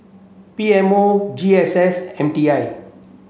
P M O G S S M T I